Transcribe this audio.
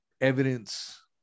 evidence